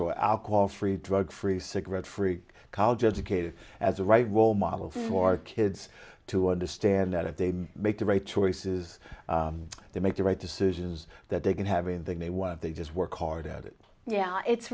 or alcohol free drug free cigarette free college educated as a right role model for kids to understand that if they make the right choices they make the right decisions that they can have and that they want they just work hard at it yeah it's